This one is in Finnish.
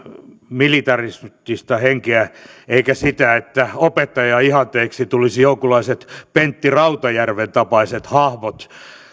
militaristista henkeä eikä sitä että opettajan ihanteeksi tulisivat jonkunlaiset pentti rautajärven tapaiset hahmot